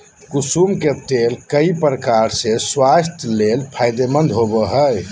कुसुम के तेल कई प्रकार से स्वास्थ्य ले फायदेमंद होबो हइ